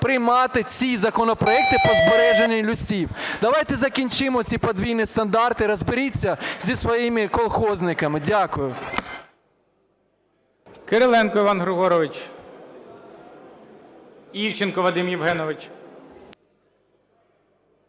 приймати ці законопроекти по збереженню лісів. Давайте закінчимо ці подвійні стандарти, розберіться зі своїми колгоспниками. Дякую.